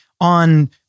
on